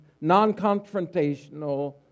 non-confrontational